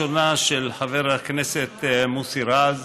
לשאלה הראשונה, של חבר הכנסת מוסי רז,